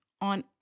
on